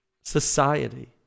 society